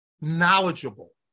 knowledgeable